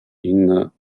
inna